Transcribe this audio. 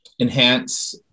enhance